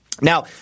Now